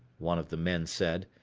one of the men said,